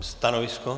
Stanovisko?